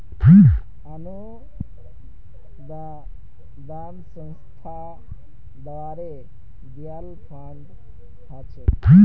अनुदान संस्था द्वारे दियाल फण्ड ह छेक